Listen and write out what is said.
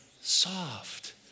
soft